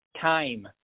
time